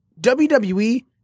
WWE